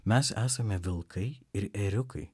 mes esame vilkai ir ėriukai